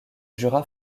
jura